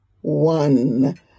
one